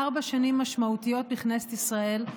ארבע שנים משמעותיות בכנסת ישראל,